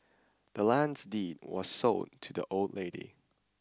the land's deed was sold to the old lady